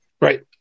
Right